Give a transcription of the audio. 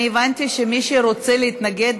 אני הבנתי שמי שרוצה להתנגד,